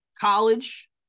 College